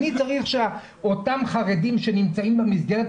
אני צריך שאותם חרדים שנמצאים במסגרת